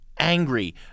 Angry